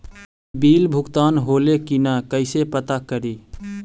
Bill भुगतान होले की न कैसे पता करी?